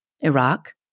Iraq